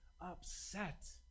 upset